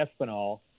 Espinal